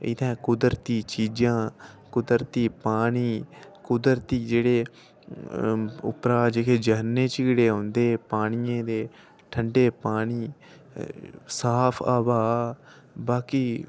इत्थें कुदरती चीजां कुदरती पानी कुदरती जेह्ड़े उप्परा झरने चीड़े औंदे पानियै दे ते ठंडे पानी ते साफ गै ब्हा बाकी